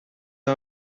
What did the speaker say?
چرا